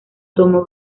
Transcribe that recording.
tomó